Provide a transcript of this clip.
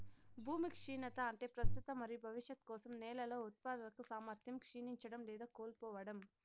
భూమి క్షీణత అంటే ప్రస్తుత మరియు భవిష్యత్తు కోసం నేలల ఉత్పాదక సామర్థ్యం క్షీణించడం లేదా కోల్పోవడం